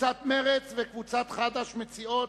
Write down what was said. קבוצת סיעת חד"ש וקבוצת סיעת